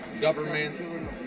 government